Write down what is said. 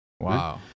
wow